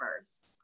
first